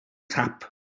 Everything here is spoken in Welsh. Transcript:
tap